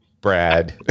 Brad